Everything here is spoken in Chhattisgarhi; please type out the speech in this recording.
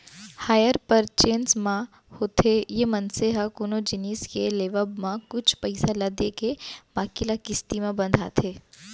हायर परचेंस म होथे ये मनसे ह कोनो जिनिस के लेवब म कुछ पइसा ल देके बाकी ल किस्ती म बंधाथे